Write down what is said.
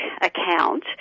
account